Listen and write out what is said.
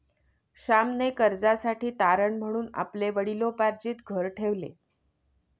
श्यामने कर्जासाठी तारण म्हणून आपले वडिलोपार्जित घर ठेवले